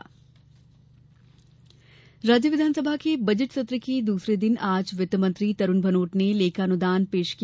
लेखान्दान राज्य विधानसभा के बजट सत्र के दूसरे दिन आज वित्त मंत्री तरूण भनोट ने लेखानुदान पेश किया